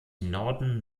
norden